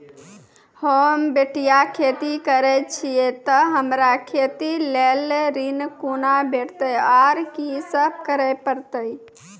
होम बटैया खेती करै छियै तऽ हमरा खेती लेल ऋण कुना भेंटते, आर कि सब करें परतै?